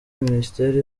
minisiteri